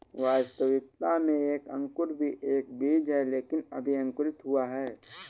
वास्तविकता में एक अंकुर भी एक बीज है लेकिन अभी अंकुरित हुआ है